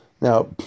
Now